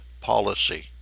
policy